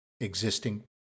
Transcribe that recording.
existing